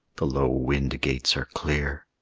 the low wind-gates are clear.